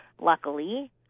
Luckily